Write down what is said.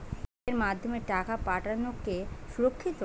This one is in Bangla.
গুগোল পের মাধ্যমে টাকা পাঠানোকে সুরক্ষিত?